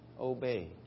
obey